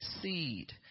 seed